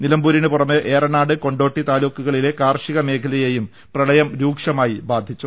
നിലമ്പൂരിനുപുറമെ ഏറനാട് കൊണ്ടോട്ടി താലൂക്കുകളിലെ കാർഷിക മേഖലയെയും പ്രളയം രൂക്ഷമായി ബാധിച്ചു